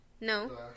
no